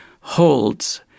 holds